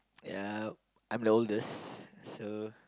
ya I'm the oldest so